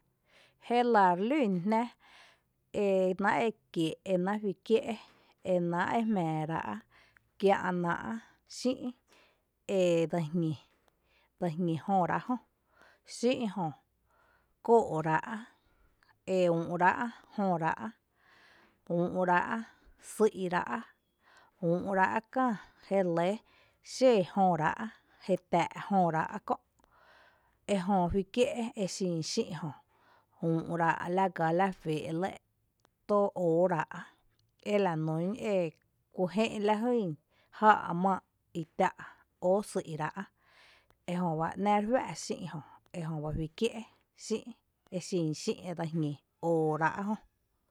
Jélⱥ re lún jnⱥ enáa’ ekiee’ enáa’ juí kié’ e náa’ e jmⱥⱥ ra’ kia’ ná’a’ xï’ edse jñi, dse jñi jörá’ jö, xï’ jö kóo’ rá’ e úu’ ráa’ jörá’ úu’ra’ sú’ráa’ úu’ráa’ kää jére lɇ xee jöraá’, jé tⱥⱥ’ jöráa’ kö’, ejö juí kié’ exin xï’ jö, úu’ rá’ la gá’n la fɇɇ’ lɇ tóo óorá’ eku jé’n lajyn jáa’ m’aa’ i tⱥⱥ’ óosý’rá’, ejöba nⱥⱥ re juⱥ’ xï’ jö, ejöba juí kié’ xï’, exín Xí’ edse jñi óorá’ jö.